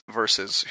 versus